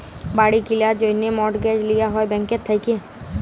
বাড়ি কিলার জ্যনহে মর্টগেজ লিয়া হ্যয় ব্যাংকের থ্যাইকে